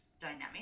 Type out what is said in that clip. dynamic